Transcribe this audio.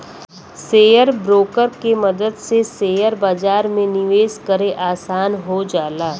share broker के मदद से शेयर बाजार में निवेश करे आसान हो जाला